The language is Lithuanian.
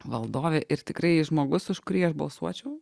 valdovė ir tikrai žmogus už kurį aš balsuočiau